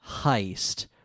heist